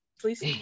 please